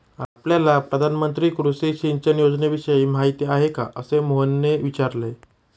आपल्याला प्रधानमंत्री कृषी सिंचन योजनेविषयी माहिती आहे का? असे मोहनने विचारले